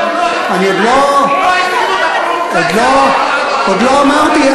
עוד לא אמרתי,